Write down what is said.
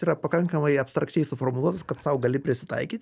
yra pakankamai abstrakčiai suformuluotos kad sau gali prisitaikyti